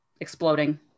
Exploding